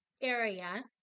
area